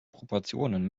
proportionen